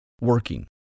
working